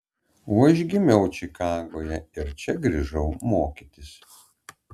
o aš gimiau čikagoje ir čia grįžau mokytis